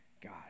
God